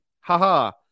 Ha-ha